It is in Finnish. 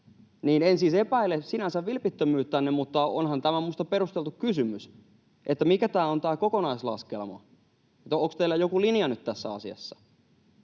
En siis epäile sinänsä vilpittömyyttänne, mutta onhan minusta perusteltu kysymys, mikä on tämä kokonaislaskelma. Onko teillä joku linja nyt tässä asiassa?